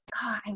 God